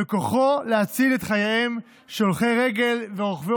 בכוחו להציל את חייהם של הולכי רגל ורוכבי